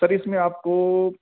سر اس میں آپ کو